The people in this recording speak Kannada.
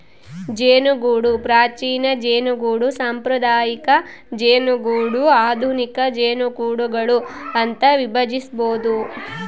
ಜೇನುಗೂಡು ಪ್ರಾಚೀನ ಜೇನುಗೂಡು ಸಾಂಪ್ರದಾಯಿಕ ಜೇನುಗೂಡು ಆಧುನಿಕ ಜೇನುಗೂಡುಗಳು ಅಂತ ವಿಭಜಿಸ್ಬೋದು